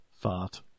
Fart